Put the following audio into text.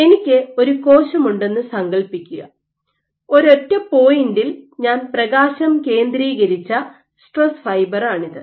എനിക്ക് ഒരു കോശം ഉണ്ടെന്ന് സങ്കൽപ്പിക്കുക ഒരൊറ്റ പോയിന്റിൽ ഞാൻ പ്രകാശം കേന്ദ്രീകരിച്ച സ്ട്രെസ് ഫൈബറാണിത്